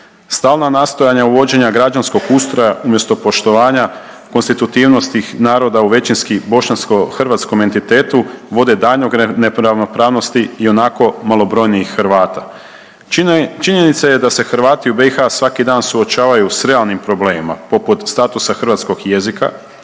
Stalna nastojanja uvođenja građanskog ustroja umjesto poštovanja konstitutivnosti naroda u većinski bošnjačko-hrvatskom entitetu vode daljnjoj neravnopravnosti ionako malobrojnijih Hrvata. Činjenica je da se Hrvati u BiH svaki dan suočavaju s realnim problemima poput statusa hrvatskog jezika